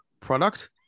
product